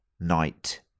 Night